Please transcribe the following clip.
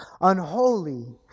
unholy